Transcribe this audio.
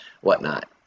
whatnot